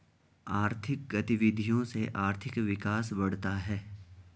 आर्थिक गतविधियों से आर्थिक विकास बढ़ता है